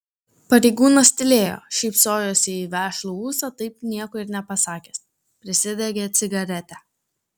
pareigūnas tylėjo šypsojosi į vešlų ūsą taip nieko ir nepasakęs prisidegė cigaretę